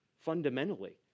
Fundamentally